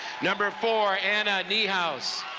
number four, anna niehaus.